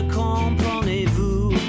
comprenez-vous